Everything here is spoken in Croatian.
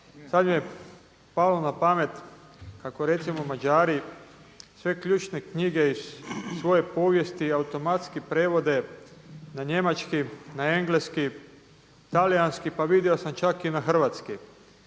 Sada mi je palo na pamet kako recimo Mađari sve ključne knjige iz svoje povijesti automatski prevode na njemački, engleski, talijanski pa vidio sam čak i na hrvatski.